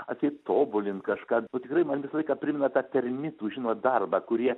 atseit tobulint kažką tikrai man visą laiką primena tą termitų žinot darbą kurie